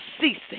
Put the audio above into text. ceasing